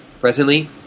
Presently